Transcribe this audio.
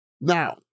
Now